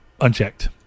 unchecked